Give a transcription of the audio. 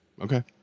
Okay